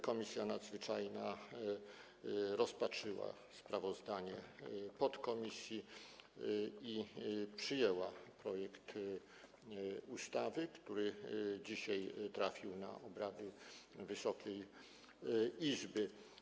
Komisja Nadzwyczajna rozpatrzyła sprawozdanie podkomisji i przyjęła projekt ustawy, który dzisiaj trafił pod obrady Wysokiej Izby.